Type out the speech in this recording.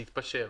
להתפשר.